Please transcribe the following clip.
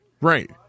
Right